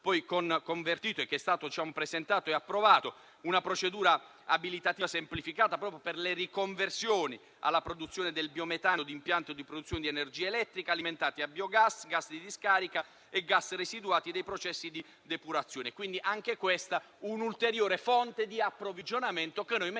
con un emendamento che è stato presentato e approvato, concerne una procedura abilitativa semplificata proprio per le riconversioni alla produzione di biometano di impianti di produzione di energia elettrica alimentati a biogas, gas di discarica e gas residuati dei processi di depurazione. Quindi, questa è un'ulteriore fonte di approvvigionamento che noi mettiamo